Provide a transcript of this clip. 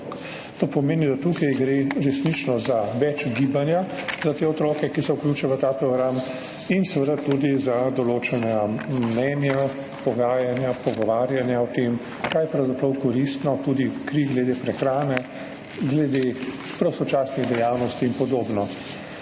To pomeni, da tukaj gre resnično za več gibanja za te otroke, ki se vključijo v ta program, in seveda tudi za določena mnenja, pogajanja, pogovarjanja o tem, kaj je pravzaprav koristno, tudi glede prehrane, glede prostočasnih dejavnosti in podobnega.